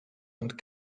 und